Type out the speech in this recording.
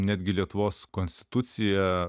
netgi lietuvos konstitucija